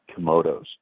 Komodos